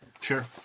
Sure